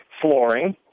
flooring